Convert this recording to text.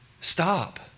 stop